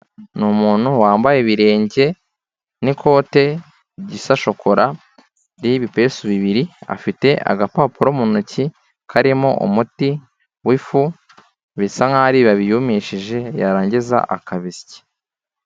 Ni umuntu wambaye ibirenge n'ikote risa shokora ririho ibipesu bibiri, afite agapapuro mu ntoki karimo umuti w'ifu bisa nk'aho ari bibabi yumishije yarangiza akabisya.